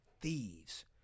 thieves